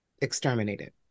exterminated